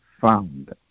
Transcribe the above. found